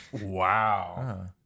Wow